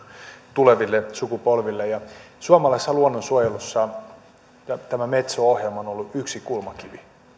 tuleville sukupolville suomalaisessa luonnonsuojelussa tämä metso ohjelma on on ollut yksi kulmakivi